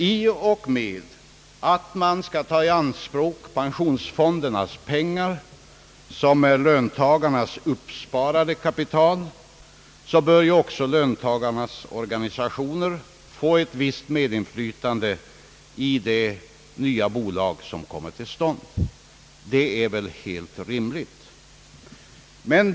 I och med att man skall ta i anspråk pensionsfondernas pengar, som utgör löntagarnas ihopsparade kapital, bör också löntagarnas organisationer få eit visst medinflytande i det nya bolaget som kommer till stånd. Det är väl helt rimligt?